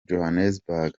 johannesburg